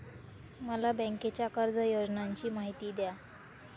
मला बँकेच्या कर्ज योजनांची माहिती द्या